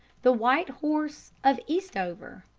the white horse of eastover